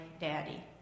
daddy